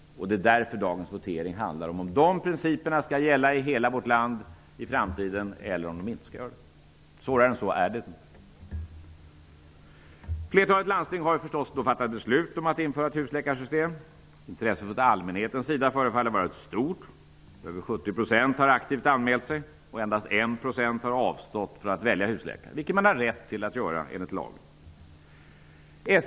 Därför handlar dagens votering om ifall dessa principer i framtiden skall gälla i hela vårt land eller inte. Svårare än så är det inte. Flertalet landsting har förstås fattat beslut om att införa ett husläkarsystem. Intresset hos allmänheten förefaller vara stort. Mer än 70 % har aktivt anmält sig. Endast 1 % har avstått från att välja husläkare, vilket man enligt lag har rätt att göra.